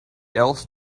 else